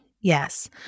yes